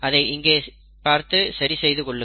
அதை இங்கே பார்த்து சரிசெய்து கொள்ளுங்கள்